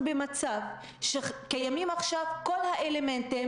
אנחנו במצב שקיימים עכשיו כל האלמנטים